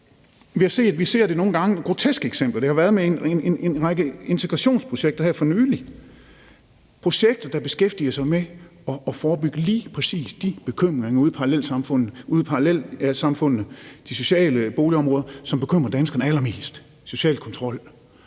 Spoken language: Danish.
Vi ser nogle gange groteske eksempler. Det har været med en række integrationsprojekter her for nylig. Det er projekter, der beskæftiger sig med at forebygge lige præcis de bekymringer ude i parallelsamfundene og de sociale boligområder, som bekymrer danskerne allermest – social kontrol